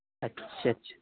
اچھا اچھا